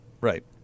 Right